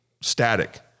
static